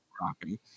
rocking